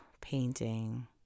painting